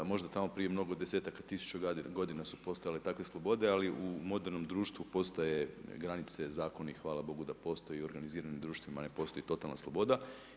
Možda tamo prije mnogo desetaka tisuća godina su postojale takve slobode ali u modernom društvu postoje granice, zakoni i hvala Bogu da postoje i organiziranim društvima ne postoji totalna sloboda.